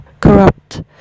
corrupt